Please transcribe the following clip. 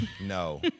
No